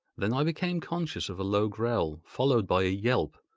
then i became conscious of a low growl, followed by a yelp,